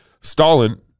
Stalin